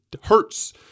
hurts